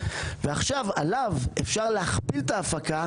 ועכשיו עליו אפשר להכפיל את ההפקה